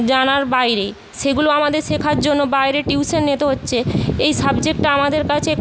জানার বাইরে সেগুলো আমাদের শেখার জন্য বাইরে টিউশন নিতে হচ্ছে এই সাবজেক্টটা আমাদের কাছে